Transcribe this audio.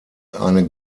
eine